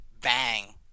Bang